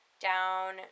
down